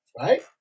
right